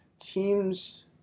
teams